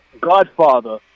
godfather